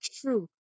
true